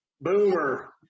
Boomer